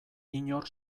inor